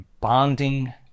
bonding